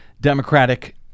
Democratic